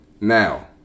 Now